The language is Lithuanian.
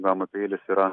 gama peilis yra